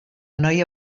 noia